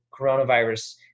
coronavirus